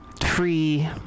free